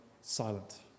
silent